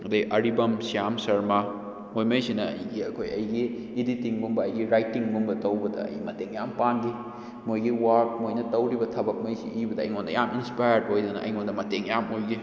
ꯑꯗꯨꯗꯩ ꯑꯔꯤꯕꯝ ꯁꯤꯌꯥꯝ ꯁꯔꯃ ꯃꯣꯏꯉꯩꯁꯤꯅ ꯑꯩꯒꯤ ꯑꯩꯈꯣꯏ ꯑꯩꯒꯤ ꯏꯗꯤꯇꯤꯡꯒꯨꯝꯕ ꯑꯩꯒꯤ ꯔꯥꯏꯇꯤꯡꯒꯨꯝꯕ ꯇꯧꯕꯗ ꯑꯩ ꯃꯇꯦꯡ ꯌꯥꯝꯅ ꯄꯥꯡꯈꯤ ꯃꯣꯏꯒꯤ ꯋꯥꯔꯛ ꯃꯣꯏꯅ ꯇꯧꯔꯤꯕ ꯊꯕꯛꯉꯩꯁꯤ ꯏꯕꯗ ꯑꯩꯉꯣꯟꯗ ꯌꯥꯝꯅ ꯏꯟꯁꯄꯥꯏꯔꯠ ꯑꯣꯏꯗꯅ ꯑꯩꯉꯣꯟꯗ ꯃꯇꯦꯡ ꯌꯥꯝꯅ ꯑꯣꯏꯈꯤ